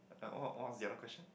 what what what's the other question